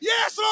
Yes